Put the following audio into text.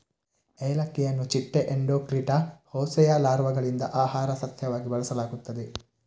ಏಲಕ್ಕಿಯನ್ನು ಚಿಟ್ಟೆ ಎಂಡೋಕ್ಲಿಟಾ ಹೋಸೆಯ ಲಾರ್ವಾಗಳಿಂದ ಆಹಾರ ಸಸ್ಯವಾಗಿ ಬಳಸಲಾಗುತ್ತದೆ